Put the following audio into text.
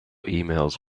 emails